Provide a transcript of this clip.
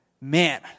Man